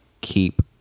keep